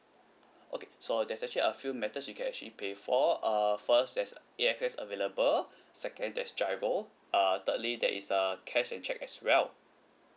okay so there's actually a few methods she can actually pay for err first there's A_X_S available second there's giro uh thirdly there is err cash and cheque as well